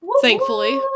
Thankfully